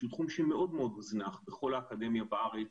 שהוא תחום שמאוד מאוד הוזנח בכל האקדמיה בארץ,